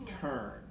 turn